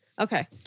Okay